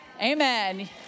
Amen